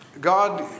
god